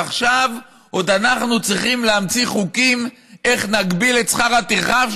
אז עכשיו עוד אנחנו צריכים להמציא חוקים איך נגביל את שכר הטרחה,